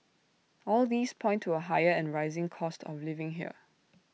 all these point to A higher and rising cost of living here